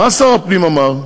מה שר הפנים אמר?